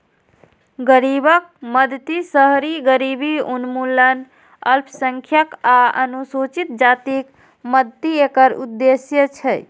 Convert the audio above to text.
गरीबक मदति, शहरी गरीबी उन्मूलन, अल्पसंख्यक आ अनुसूचित जातिक मदति एकर उद्देश्य छै